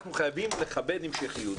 אנחנו חייבים לכבד המשכיות.